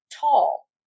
tall